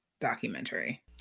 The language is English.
documentary